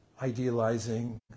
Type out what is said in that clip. Idealizing